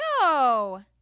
No